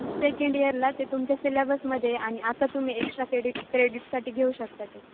second इयरला ते तुमच्या सिलेबसमध्ये आहे आणि आता तुम्ही एक्स्ट्रा क्रेडि क्रेडीटसाठी घेऊ शकता ते